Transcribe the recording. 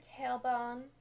tailbone